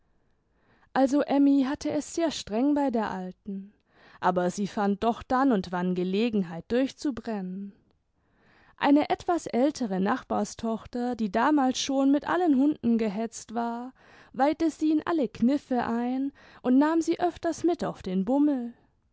also emmy hatte es sehr streng bei der alten aber sie fand doch dann und wann gelegenheit durchzubrennen eine etwas ältere nachbarstochter die damals schon mit allen hunden gehetzt war weihte sie in alle kniffe ein und nahm sie öfters mit auf den bummel